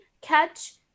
catch